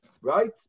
Right